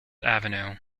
avenue